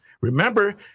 remember